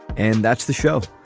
and that's the show.